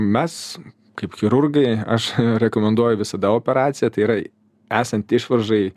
mes kaip chirurgai aš rekomenduoju visada operaciją tai yra esant išvaržai